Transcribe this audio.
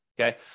okay